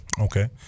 Okay